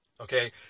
Okay